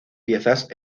piezas